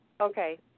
okay